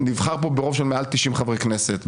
נבחר פה ברוב של מעל 90 חברי כנסת,